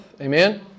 Amen